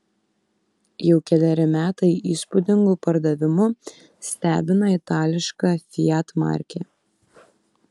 jau keleri metai įspūdingu pardavimu stebina itališka fiat markė